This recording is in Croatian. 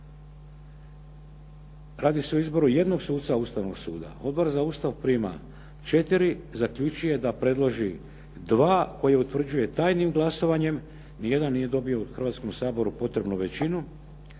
radi se o izboru jednog suca Ustavnog suda, Odbor za Ustav prima 4, zaključuje da predloži 2 koje utvrđuje tajnim glasovanjem, niti jedan nije dobio u Hrvatskom saboru potrebnu većinu.